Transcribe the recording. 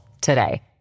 today